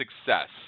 Success